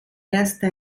erste